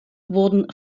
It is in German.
wurden